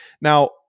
Now